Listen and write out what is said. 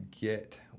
get